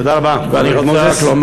תודה רבה, חבר הכנסת מוזס.